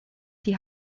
die